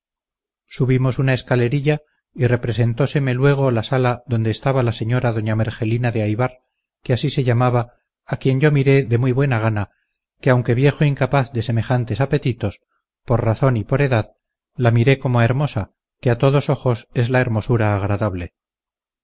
subimos una escalerilla y representóseme luego la sala donde estaba la señora doña mergelina de aybar que así se llamaba a quien yo miré de muy buena gana que aunque viejo incapaz de semejantes apetitos por razón y por edad la miré como a hermosa que a todos ojos es la hermosura agradable